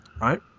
right